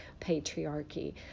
patriarchy